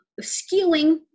skewing